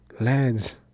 Lads